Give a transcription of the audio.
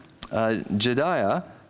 Jediah